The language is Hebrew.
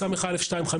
סא/25,